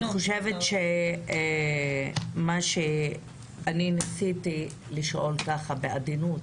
אני ניסיתי לשאול בעדינות.